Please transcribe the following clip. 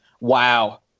wow